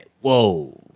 whoa